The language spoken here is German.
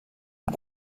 und